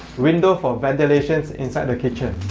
window for ventilation inside the kitchen